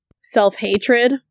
self-hatred